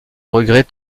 regret